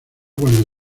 cuando